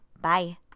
Bye